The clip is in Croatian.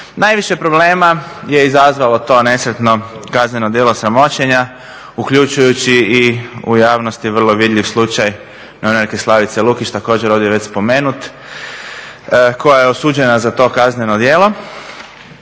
Najviše problema je izazvalo to nesretno kazneno djelo sramoćenja, uključujući i u javnosti vrlo vidljiv slučaj … Slavice Lukić, također ovdje već spomenut koja je osuđena za to kazneno djelo